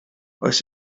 oes